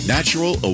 Natural